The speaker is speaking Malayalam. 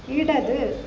ഇടത്